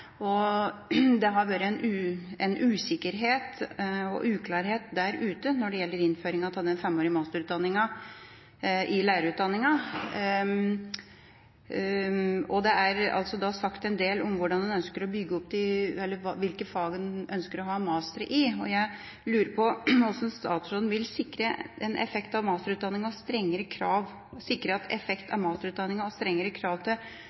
har det vært en usikkerhet og uklarhet når det gjelder innføringen av den femårige masterutdanningen i lærerutdanningen. Det er sagt en del om hvordan en ønsker å bygge det opp, hvilke fag en ønsker å ha mastere i, og jeg lurer på hvordan statsråden vil sikre at effekten av masterutdanningen og strengere krav til undervisningskompetanse og innstramming i muligheten til dispensasjon fra disse ikke vil føre til